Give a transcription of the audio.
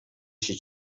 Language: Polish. się